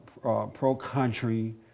pro-country